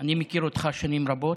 אני מכיר אותך שנים רבות,